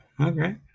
Okay